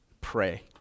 pray